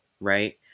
right